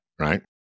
right